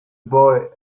boy